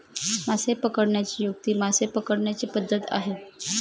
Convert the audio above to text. मासे पकडण्याची युक्ती मासे पकडण्याची पद्धत आहे